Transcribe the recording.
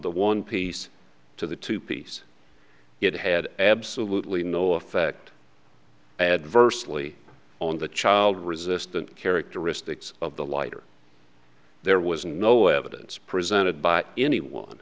the one piece to the two piece it had absolutely no effect adversely on the child resistant characteristics of the lighter there was no evidence presented by anyone